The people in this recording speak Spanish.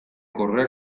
correr